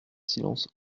silence